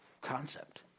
concept